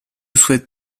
souhaite